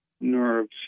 nerves